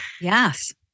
yes